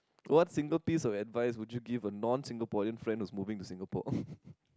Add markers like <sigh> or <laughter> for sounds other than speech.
what single piece of advice would you give a non Singaporean friend who is moving to Singapore <laughs>